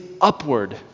upward